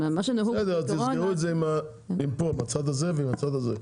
בסדר, תסגרו את זה פה עם הצד הזה ועם הצד הזה.